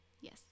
Yes